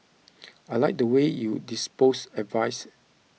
I liked the way you disposed advice